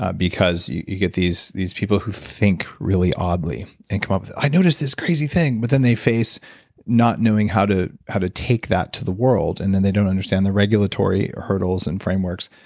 ah because you you get these these people who really think really oddly and come up with, i noticed this crazy thing. but then they face not knowing how to how to take that to the world and then they don't understand the regulatory hurdles and frameworks,